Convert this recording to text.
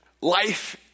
life